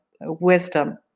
wisdom